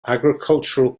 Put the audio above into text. agricultural